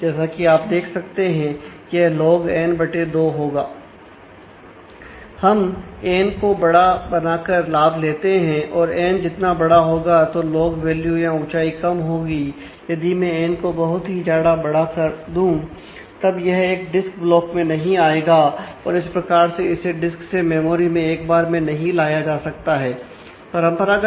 जैसा कि आप देख सकते हैं यह log n2 होगा